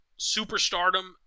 superstardom